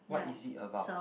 what is it about